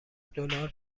دلار